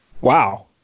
Wow